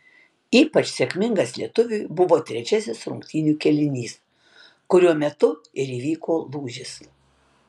ypač sėkmingas lietuviui buvo trečiasis rungtynių kėlinys kuriuo metu ir įvyko lūžis